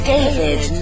David